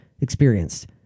experienced